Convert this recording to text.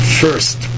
first